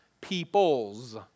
peoples